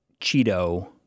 Cheeto